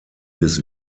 bis